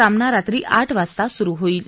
सामना रात्री आठ वाजता सुरु होईल